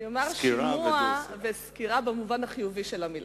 סקירה ודו-שיח.